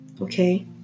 okay